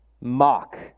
mock